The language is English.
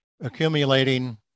accumulating